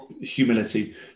humility